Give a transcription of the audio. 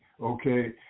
okay